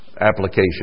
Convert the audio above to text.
application